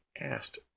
asked